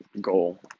goal